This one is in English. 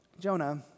Jonah